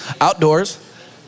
outdoors